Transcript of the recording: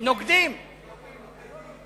נוקְדים, שווא בקו"ף.